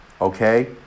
okay